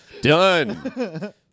done